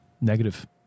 Negative